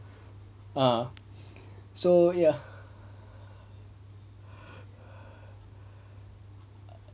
ah so ya